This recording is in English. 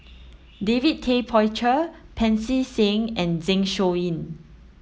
David Tay Poey Cher Pancy Seng and Zeng Shouyin